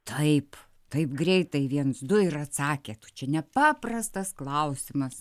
taip taip greitai viens du ir atsakėt o čia ne paprastas klausimas